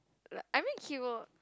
like I mean he will